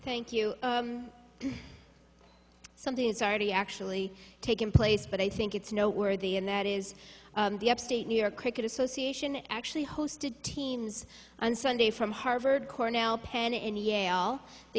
thank you something has already actually taken place but i think it's noteworthy and that is the upstate new york cricket association actually hosted teams on sunday from harvard cornell penn and yale they